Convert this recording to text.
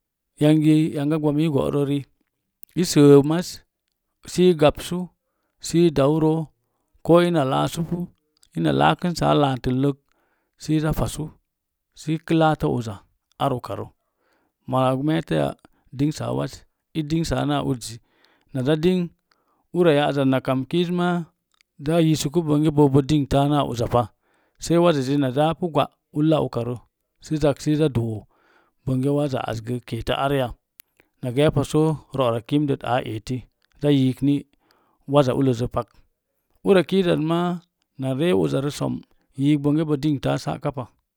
Yangi yanga p gbami i go'ro ri i səə maz se gansu sə dauro ko̱o̱ ina laasəpu ina lakinsa ar laatirrə sə i zaa fasa sə ika laatə uza ar uka rə moona gə meetə ya dingsaa wáz chingsa naa uzzi, naza dings ura ya'zaz na kam kiiz ma zaa yiisuku bonge boo bo dingtə naa uza pa sei wazizi na zaapu gwa abla ukarə, sə zak sə za doo, bongə waza azgə keetə araya? Pa ge̱e̱pa soo ro'ra kim rət áá eti. zaa yiik ni waza ulloz paku ura kii zaz ma na ree uza rə som yiik dook bongə bo dingtə pu sa'ka pa.